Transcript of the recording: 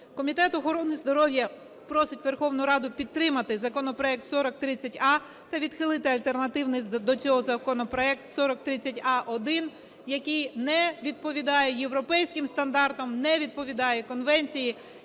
Комітет охорони здоров'я просить Верховну Раду підтримати законопроект 4030а та відхилити альтернативний до цього законопроект 4030а-1, який не відповідає європейським стандартам, не відповідає конвенції.